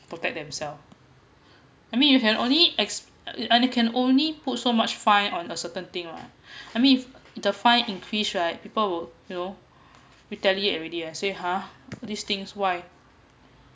protect themselves I mean you can only exp~ and you can only put so much fine on a certain thing [one] I mean the fine increase right people will you know retaliate already say !huh! these things why